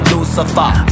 Lucifer